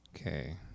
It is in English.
Okay